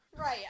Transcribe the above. Right